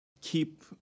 keep